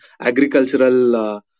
Agricultural